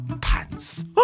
pants